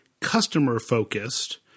customer-focused